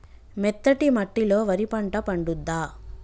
మెత్తటి మట్టిలో వరి పంట పండుద్దా?